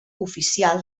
oficial